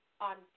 on